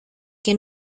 que